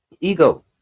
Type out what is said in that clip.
ego